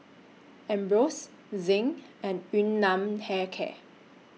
Ambros Zinc and Yun Nam Hair Care